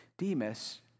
Demas